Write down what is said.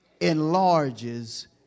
enlarges